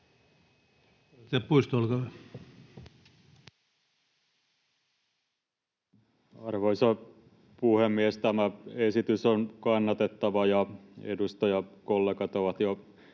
Arvoisa puhemies! Tämä esitys on kannatettava, ja edustajakollegat ovat jo